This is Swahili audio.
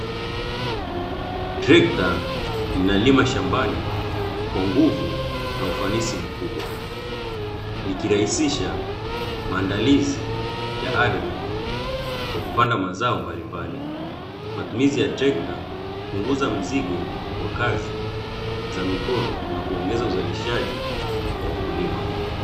Trekta linalima shambani kwa nguvu na ufanisi mkubwa likirahisisha maandalizi ya ardhi kwa kupanda mazao mbalimbali. Matumizi ya trekta hupunguza mzigo wa kazi za mikono na kuongeza uzalishaji wa wakulima.